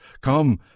Come